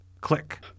Click